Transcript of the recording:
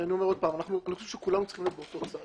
אני חושב שכולנו צריכים להיות באותו צד,